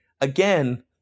again